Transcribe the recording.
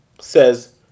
says